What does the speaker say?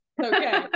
okay